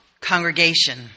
congregation